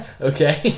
Okay